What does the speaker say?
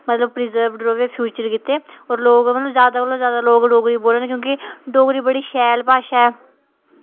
मतलब कि प्रजर्व र'वै फ्यूचर गित्तै होर लोग जादै कोला जादै डोगरी बोलन डोगरी बड़ी शैल भाशा ऐ